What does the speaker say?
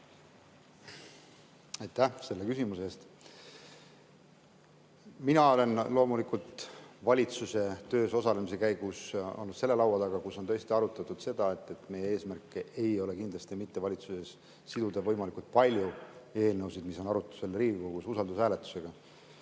Aitäh selle küsimuse eest! Mina olen loomulikult valitsuse töös osalemise käigus olnud selle laua taga, kus on tõesti arutatud seda, et meie eesmärk valitsuses ei ole kindlasti mitte siduda võimalikult palju eelnõusid, mis on arutusel Riigikogus, usaldushääletusega.